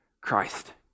Christ